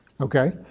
okay